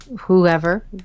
whoever